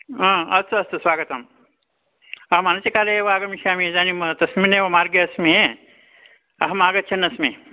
हा अस्तु अस्तु स्वागतम् अहम् अनतिकाले एव आगमिष्यामि इदानीं तस्मिन्नेव मार्गे अस्मि अहमागच्छन्नस्मि